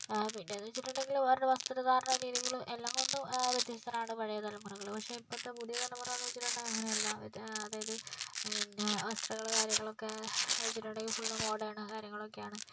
പിന്നെന്ന് വെച്ചിട്ടുണ്ടെങ്കില് അവരുടെ വസ്ത്രധാരണ രീതികളും എല്ലാം കൊണ്ടും വ്യത്യസ്തരാണ് പഴയ തലമുറകള് പക്ഷെ ഇപ്പൊത്തെ പുതിയ തലമുറ എന്ന് വെച്ചിട്ടുണ്ടെങ്കിൽ അങ്ങനെയല്ല അതായത് പിന്നെ വസ്ത്രങ്ങള് കാര്യങ്ങള് ഒക്കെ എന്ന് വെച്ചിട്ടുണ്ടെങ്കിൽ ഫുൾ മോഡേൺ കാര്യങ്ങളൊക്കെയാണ്